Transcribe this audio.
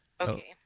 Okay